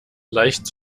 leicht